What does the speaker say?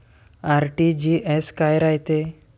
RTGS काय रायते?